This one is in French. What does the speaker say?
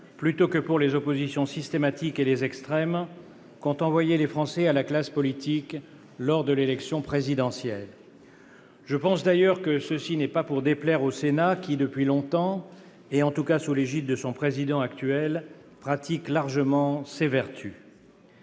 plutôt que pour les oppositions systématiques et les extrêmes, qu'ont envoyé les Français à la classe politique, lors de l'élection présidentielle. Je pense d'ailleurs que ceci n'est pas pour déplaire au Sénat, qui, depuis longtemps, et en tout cas sous l'égide de son président actuel, pratique largement ces vertus.